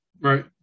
Right